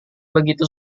begitu